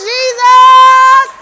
Jesus